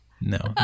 No